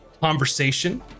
conversation